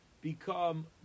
become